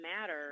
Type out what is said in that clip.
Matter